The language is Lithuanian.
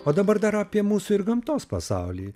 o dabar dar apie mūsų ir gamtos pasaulį